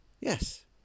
yes